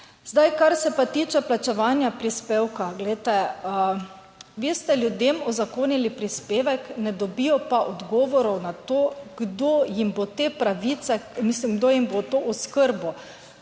Kar se pa tiče plačevanja prispevka, glejte, vi ste ljudem uzakonili prispevek, ne dobijo pa odgovorov na to, kdo jim bo te pravice, mislim, kdo jim bo to oskrbo